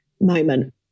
moment